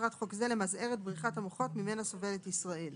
מטרת חוק זה למזער את בריחת המוחות ממנה סובלת ישראל.